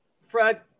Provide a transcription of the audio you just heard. Fred